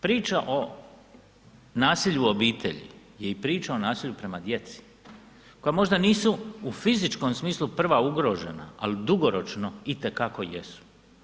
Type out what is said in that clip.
Priča o nasilju u obitelji je i priča o nasilju prema djeci koja možda nisu u fizičkom smislu prva ugrožena, ali dugoročno itekako jesu.